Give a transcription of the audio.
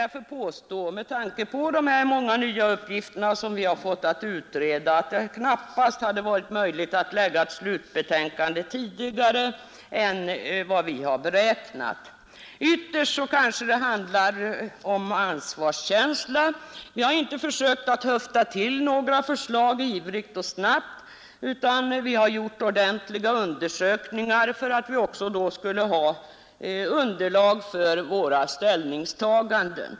Med tanke på de många nya uppgifter som vi alltså har fått att utreda vågar jag påstå att det knappast är möjligt för oss att framlägga slutbetänkandet tidigare än vad vi har beräknat. Ytterst handlar det kanske om ansvarskänsla. Vi har inte velat höfta till några förslag ivrigt och snabbt utan har gjort ordentliga undersökningar för att få underlag för våra ställningstaganden.